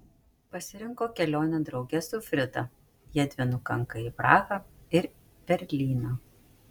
pasirinko kelionę drauge su frida jiedvi nukanka į prahą ir berlyną